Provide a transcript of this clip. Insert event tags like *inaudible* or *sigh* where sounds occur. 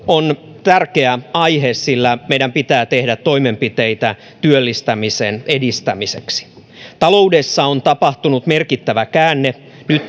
on tärkeä aihe sillä meidän pitää tehdä toimenpiteitä työllistämisen edistämiseksi taloudessa on tapahtunut merkittävä käänne nyt *unintelligible*